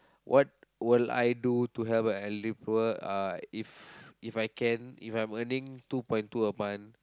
what will I do to help a elderly poor uh if If I can if I'm earning two point two a month